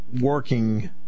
working